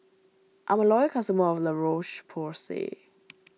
I'm a loyal customer of La Roche Porsay